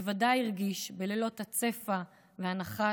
בוודאי הרגיש בלילות / הצפע והנחש,